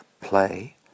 play